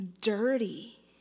dirty